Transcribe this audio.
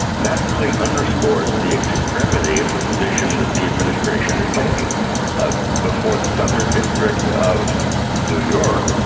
and that really underscores the extremity of the position that the administration is taking ah before the southern district of new york.